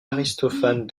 aristophane